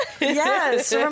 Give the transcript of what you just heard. Yes